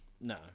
No